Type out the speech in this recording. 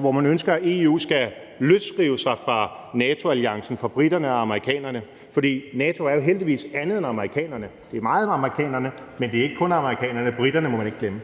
hvor man ønsker, at EU skal løsrive sig fra NATO-alliancen, fra briterne og amerikanerne – for NATO er jo heldigvis andet end amerikanerne. Det er meget amerikanerne, men det er ikke kun amerikanerne; briterne må man ikke glemme.